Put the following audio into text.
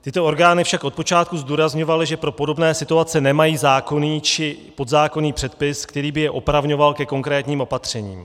Tyto orgány však od počátku zdůrazňovaly, že pro podobné situace nemají zákonný či podzákonný předpis, který by je opravňoval ke konkrétním opatřením.